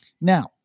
Now